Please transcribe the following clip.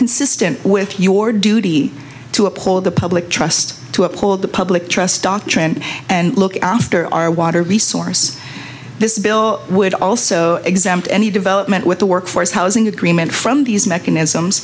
consistent with your duty to uphold the public trust to uphold the public trust doctrine and look after our water resource this bill would also exempt any development with the workforce housing agreement from these mechanisms